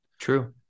True